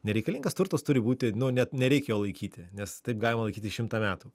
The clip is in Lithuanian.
nereikalingas turtas turi būti net nereik jo laikyti nes taip galima laikyti šimtą metų